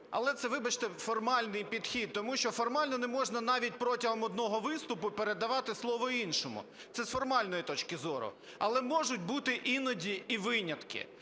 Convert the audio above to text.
Але це, вибачте, формальний підхід, тому що формально не можна навіть протягом одного виступу передавати слово іншому – це з формальної точки зору. Але можуть бути іноді і винятки